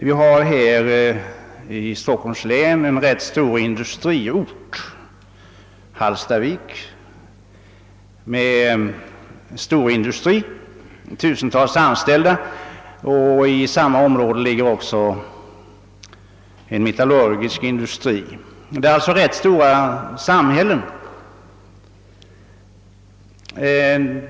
Vi har här i Stockholms län en ganska stor industriort, Hallstavik, med en storindustri med tusentals anställda, och i samma omräde ligger också en metallurgisk industri. Det är alltså fråga om ganska stora samhällen.